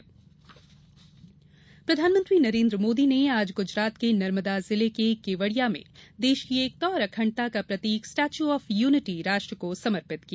statue of unity प्रधानमंत्री नरेन्द्र मोदी ने आज गुजरात के नर्मदा जिले के केवडिया में राष्ट्र की एकता और अखंडता का प्रतीक स्टैच्यू ऑफ यूनिटी राष्ट्र को समर्पित किया